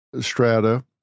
strata